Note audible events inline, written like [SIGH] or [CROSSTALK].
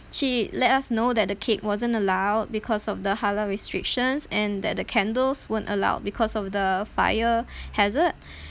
she let us know that the cake wasn't allowed because of the halal restrictions and that the candles weren't allowed because of the fire [BREATH] hazard [BREATH]